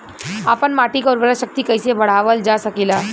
आपन माटी क उर्वरा शक्ति कइसे बढ़ावल जा सकेला?